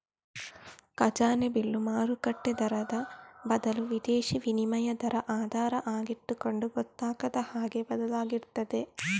ಖಜಾನೆ ಬಿಲ್ಲು ಮಾರುಕಟ್ಟೆ ದರದ ಬದಲು ವಿದೇಶೀ ವಿನಿಮಯ ದರ ಆಧಾರ ಆಗಿಟ್ಟುಕೊಂಡು ಗೊತ್ತಾಗದ ಹಾಗೆ ಬದಲಾಗ್ತಿರ್ತದೆ